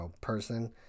person